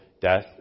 death